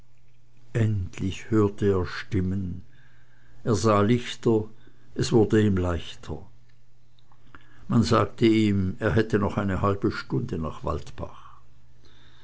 endlich hörte er stimmen er sah lichter es wurde ihm leichter man sagte ihm er hätte noch eine halbe stunde nach waldbach